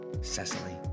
Cecily